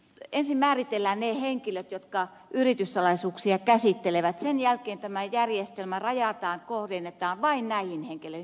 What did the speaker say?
ensin määritellään ne henkilöt jotka yrityssalaisuuksia käsittelevät sen jälkeen tämä järjestelmä rajataan kohdennetaan vain näihin henkilöihin